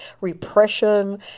repression